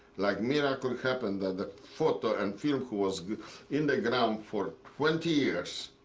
like miracle happened, that the photo and film who was in the ground for twenty years,